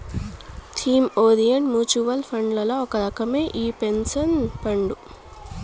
theme orient mutual ఫండ్లల్ల ఒక రకమే ఈ పెన్సన్ ఫండు